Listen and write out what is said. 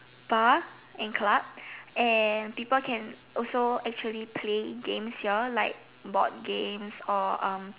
bar and club and people can also actually play games here like board games or um